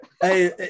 Hey